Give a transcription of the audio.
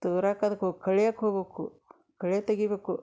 ತೂರಾಕ್ಕೆ ಅದಕ್ಕೆ ಹೋಗಿ ಕಳಿಯಕ್ಕೆ ಹೋಗ್ಬಕು ಕಳೆ ತೆಗಿಬೇಕು